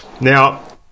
Now